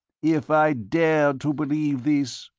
if i dared to believe this.